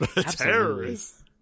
Terrorists